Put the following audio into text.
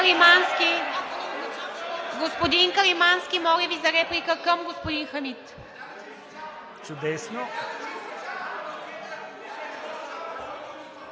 Господин Каримански, моля Ви за реплика към господин Хамид. (Шум